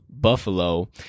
Buffalo